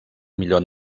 millor